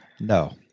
no